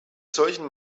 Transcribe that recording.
solchen